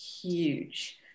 huge